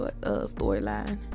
storyline